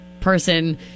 person